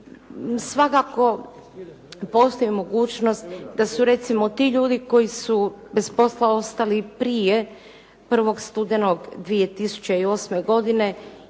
Svakako postoji mogućnosti da su recimo ti ljudi koji su bez posla ostali prije 1. studenog 2008. godine